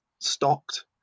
stocked